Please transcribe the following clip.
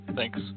Thanks